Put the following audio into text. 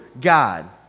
God